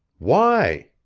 why?